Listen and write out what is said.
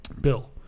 Bill